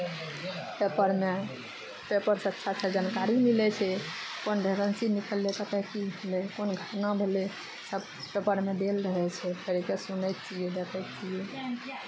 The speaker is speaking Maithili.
पेपरमे पेपरसँ अच्छा अच्छा जानकारी मिलै छै कोन भेकेंसी निकललै कतय की भेलै कोन घटना भेलै सभ पेपरमे देल रहै छै पढ़ि कऽ सुनै छियै देखै छियै